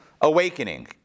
awakening